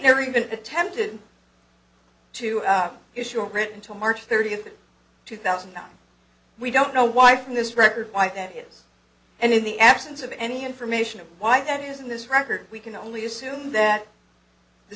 never even attempted to issue a written till march thirtieth two thousand and nine we don't know why from this record why that is and in the absence of any information of why that is in this record we can only assume that the